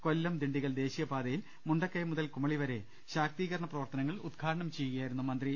കൊല്ലം ദിണ്ഡിഗൽ ദേശീയ പാതയിൽ മുണ്ടക്കയം മുതൽ കുമളി വരെ ശാക്തീകരണ പ്രവർത്തനങ്ങൾ ഉദ്ഘാ ടനം ചെയ്യുകയായിരുന്നു മന്ത്രി